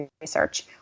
research